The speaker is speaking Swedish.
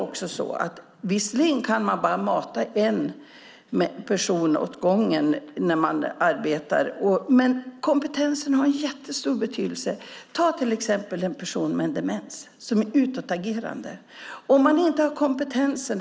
Visserligen kan man mata bara en person åt gången när man arbetar, men kompetensen har en jättestor betydelse. Ta exempelvis en person som har demens och är utåtagerande.